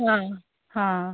ହଁ ହଁ